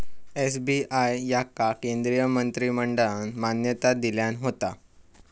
SBI याका केंद्रीय मंत्रिमंडळान मान्यता दिल्यान होता